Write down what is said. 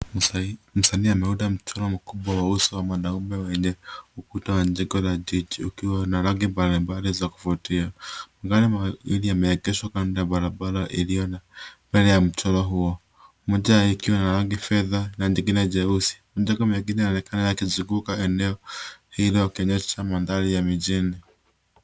Msanii ameunda mchoro mkubwa wa uso wa mwanaume wenye ukuta wa jengo la jiji ukiwa na rangi mbalimbali za kuvutia. Magari mawili yameegeshwa kando ya barabara iliyo mbele ya mchoro huo. Mmoja ikiwa na rangi fedha na nyingine nyeusi. Majengo mengine yanaonekana yakizunguka eneo hilo yakionyesha mandhari ya mijini.